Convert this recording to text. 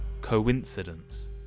Coincidence